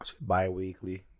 bi-weekly